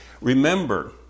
Remember